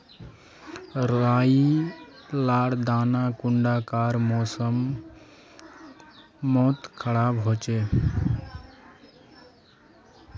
राई लार दाना कुंडा कार मौसम मोत खराब होचए?